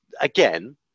again